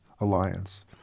Alliance